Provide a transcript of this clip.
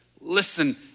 Listen